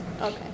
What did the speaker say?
okay